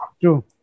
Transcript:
True